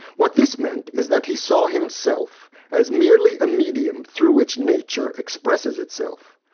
what this meant is that he saw himself as merely a medium through which nature expresses itself.